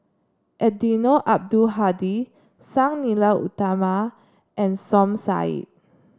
Eddino Abdul Hadi Sang Nila Utama and Som Said